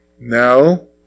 No